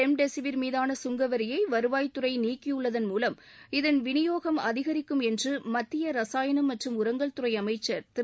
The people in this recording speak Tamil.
ரெம்டெசிவிர் மீதான கங்க வரியை வருவாய்த்துறை நீக்கியுள்ளதன் மூலம் இதன் விநியோகம் அதிகரிக்கும் என்று மத்திய ரசாயனம் மற்றும் உரங்கள் துறை அமைச்சர் திரு